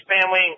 family